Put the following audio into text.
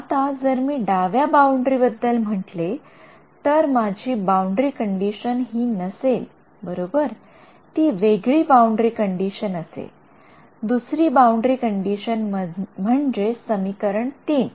आता जर मी डाव्या बाउंडरी बद्दल म्हंटले तर माझी बाउंडरी कंडिशन हि नसेल बरोबर ती वेगळी बाउंडरी कंडिशन असेल दुसरी बाउंडरी कंडिशन म्हणजे समीकरण ३